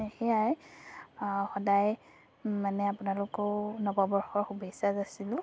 সেয়াই সদায় মানে আপোনালোকেও নৱবৰ্ষৰ শুভেচ্ছা যাচিলোঁ